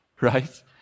right